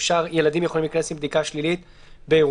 ילדים יכולים להיכנס עם בדיקה שלילית; באירועים,